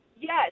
Yes